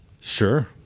Sure